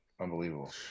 unbelievable